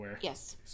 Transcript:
Yes